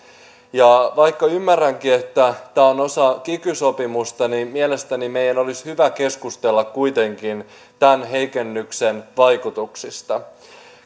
vaikka ymmärränkin että tämä on osa kiky sopimusta niin mielestäni meidän olisi hyvä keskustella kuitenkin tämän heikennyksen vaikutuksista